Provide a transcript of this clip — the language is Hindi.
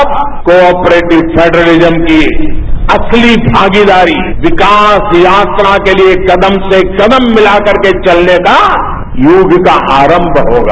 अब कॉपरेटिव फेडरलिज्म की असली भागीदारी विकास यात्रा के लिए कदम से कदम मिला कर के चलने का युग का आरंभ होगा